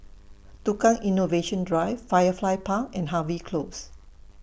Tukang Innovation Drive Firefly Park and Harvey Close